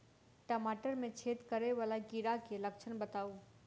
टमाटर मे छेद करै वला कीड़ा केँ लक्षण बताउ?